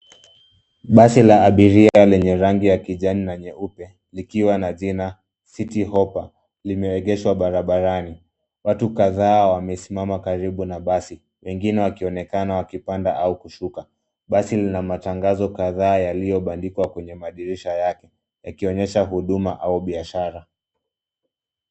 Basi la abiria lenye rangi ya kijani na nyeupe likiwa na jina 'Citi Hoppa' limeegeshwa barabarani. Watu kadhaa wamesimama karibu na basi, wengine wakionekana wakipanda au kushuka. Basi lina matangazo kadhaa yaliyobandikwa kwenye madirisha yake, yakionyesha huduma au biashara.